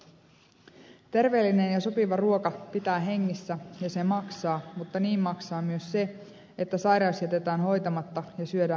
terveellinen ja sopiva ruoka pitää hengissä ja se maksaa mutta niin maksaa myös se että sairaus jätetään hoitamatta ja syödään mitä sattuu